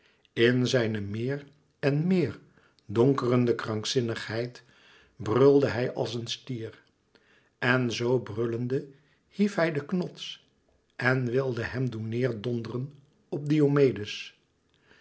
in zijne meer en meer donkerende krankzinnigheid brulde hij als een stier en zoo brullende hief hij den knots en wilde hem doen neêr donderen op diomedes